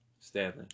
Stanley